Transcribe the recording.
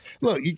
look